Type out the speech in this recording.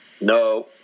No